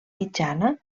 mitjana